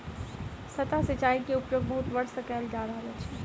सतह सिचाई के उपयोग बहुत वर्ष सँ कयल जा रहल अछि